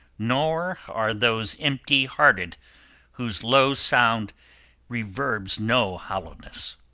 nor are those empty-hearted whose low sound reverbs no hollowness.